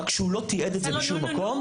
רק שהוא לא תיעד את זה בשום מקום.